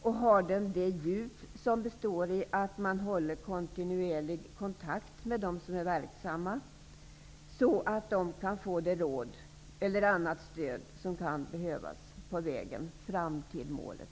Och har den det djup som består i att man håller kontinuerlig kontakt med de som är verksamma, för att de skall kunna få de råd eller annat stöd som kan behövas på vägen fram till målet?